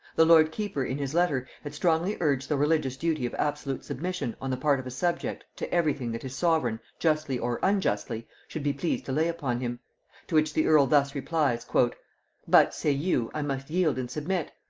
the lord keeper in his letter had strongly urged the religious duty of absolute submission on the part of a subject to every thing that his sovereign, justly or unjustly, should be pleased to lay upon him to which the earl thus replies but, say you, i must yield and submit.